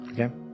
Okay